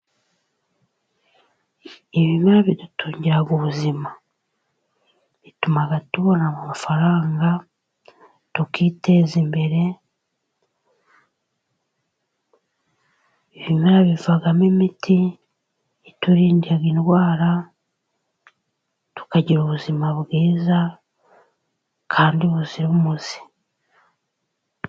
Ibimera bidutungira ubuzima. Bituma tubona amafaranga tukiteza imbere. Ibimera bivamo imiti iturinda indwara, tukagira ubuzima bwiza kandi buzira umuze.